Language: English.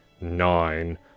Nine